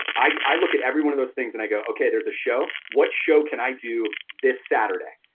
i i look at every one of those things and i go, okay, there's a show, what show can i do this saturday?